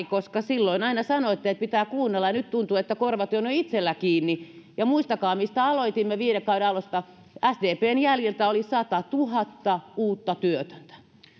koska silloin aina sanoitte että pitää kuunnella ja nyt tuntuu että korvat ovat itsellänne kiinni ja muistakaa mistä aloitimme viime kauden alussa sdpn jäljiltä oli satatuhatta uutta työtöntä